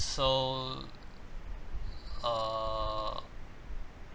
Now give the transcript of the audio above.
so err